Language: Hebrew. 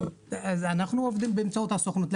אנחנו עובדים באמצעות הסוכנות.